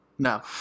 No